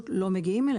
והחמשת אלפים מ-2019 עד